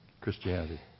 Christianity